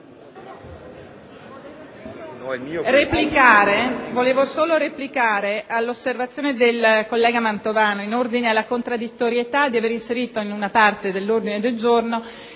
Vorrei solo replicare all'osservazione del collega Mantovano in ordine alla contraddittorietà dell'avere inserito in una parte dell'ordine giorno